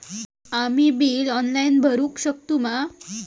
आम्ही bill online भरुक शकतू मा?